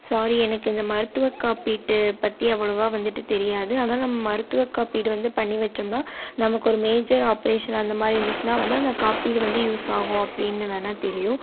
ஸாரி எனக்கு இந்த மருத்துவ காப்பீட்டு பற்றி அவ்வளோவா வந்துட்டு தெரியாது ஆனால் நம் மருத்துவ காப்பீடு வந்து பண்ணி வச்சோம்னா நமக்கு ஒரு மேஜர் ஆப்ரேஷன் அந்த மாதிரி இருந்துச்சுன்னா வந்து அந்த காப்பீடு வந்து யூஸ்ஸாகும் அப்படின்னு வேணால் தெரியும்